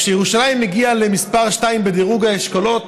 כשירושלים הגיעה למספר 2 בדירוג האשכולות,